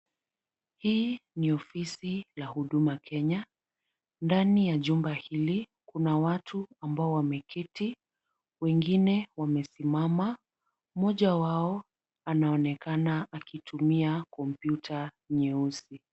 Hili ni ofisi la Huduma Kenya. Ndani ya jumba hili kuna watu ambao wameketi, wengine wamesimama, mmoja wao, anaonekana akitumia kompyuta nyeusi.